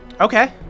Okay